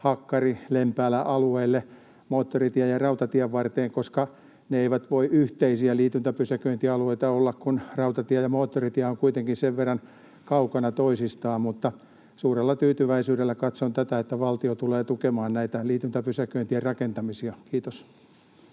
Sääksjärvi—Hakkari—Lempäälä-alueelle, moottoritien ja rautatien varteen, koska ne eivät voi yhteisiä liityntäpysäköintialueita olla, kun rautatie ja moottoritie ovat kuitenkin sen verran kaukana toisistaan. Mutta suurella tyytyväisyydellä katsoin tätä, että valtio tulee tukemaan näitä liityntäpysäköintien rakentamisia. — Kiitos.